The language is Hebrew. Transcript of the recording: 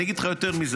אני אגיד לך יותר מזה.